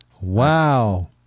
Wow